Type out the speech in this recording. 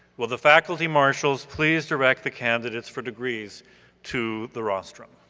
will the faculty marshals please direct the candidates for degrees to the rostrum?